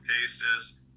cases